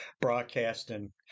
broadcasting